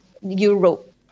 Europe